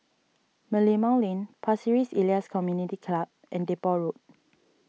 Merlimau Lane Pasir Ris Elias Community Club and Depot Road